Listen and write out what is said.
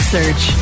Search